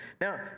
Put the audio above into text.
Now